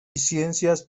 ciencias